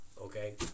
Okay